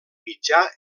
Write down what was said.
mitjà